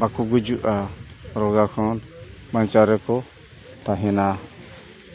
ᱵᱟᱠᱚ ᱜᱩᱡᱩᱜᱼᱟ ᱨᱳᱜᱟ ᱠᱷᱚᱱ ᱵᱟᱧᱪᱟᱣ ᱨᱮᱠᱚ ᱛᱟᱦᱮᱱᱟ